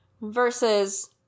Versus